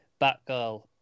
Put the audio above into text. Batgirl